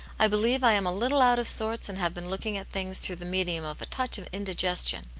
i believe i am a little out of sorts, and have been looking at things through the medium of a touch of indigestion.